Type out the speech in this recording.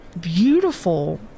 beautiful